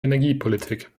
energiepolitik